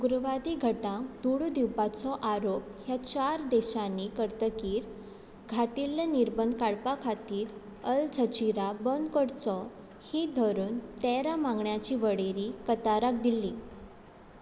गुरवादी घटांक दुडू दिवपाचो आरोप ह्या चार देशांनी करतकीर घातिल्ले निर्बंद काडपा खातीर अल झजिरा बंद करचो ही धरून तेरा बांगड्यांची वळेरी कताराक दिल्ली